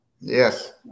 yes